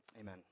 Amen